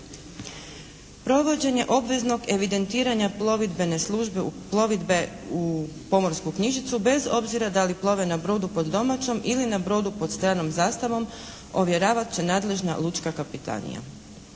Provođenje obveznog evidentiranja plovidbene službe plovidbe u Pomorsku knjižicu bez obzira da li plove na brodu pod domaćom ili na brodu pod stranom zastavom ovjeravat će nadležna lučka kapetanija.